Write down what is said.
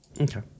okay